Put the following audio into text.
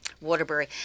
Waterbury